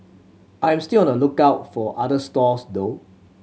I'm still on the lookout for other stalls though